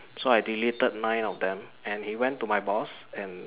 so I deleted nine of them and he went to my boss and